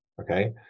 okay